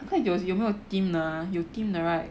他有没有 team 的 ah 有 team 的 right